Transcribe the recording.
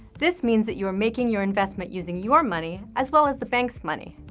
this means that you are making your investment using your money as well as the bank's money.